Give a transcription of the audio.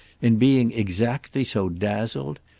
in being exactly so dazzled?